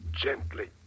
gently